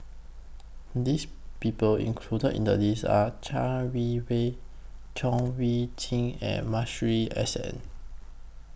This People included in The list Are Chai Wei Wee Chong Wei Jin and Masuri S N